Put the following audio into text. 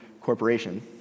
corporation